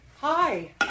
Hi